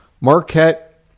Marquette